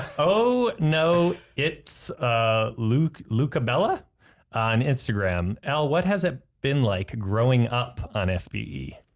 oh no, it's ah luke luca bella on instagram, l. what has it been like growing up on fb. ii